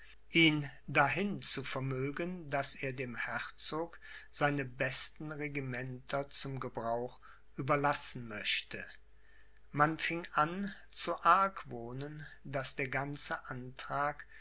ihn dahin zu vermögen daß er dem herzog seine besten regimenter zum gebrauch überlassen möchte man fing an zu argwohnen daß der ganze antrag